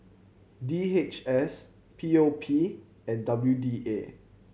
D H S P O P and W D A